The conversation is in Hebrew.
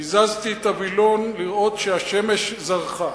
הזזתי את הווילון לראות שהשמש זרחה.